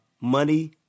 Money